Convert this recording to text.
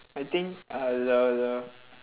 I think uh